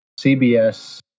CBS